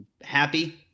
happy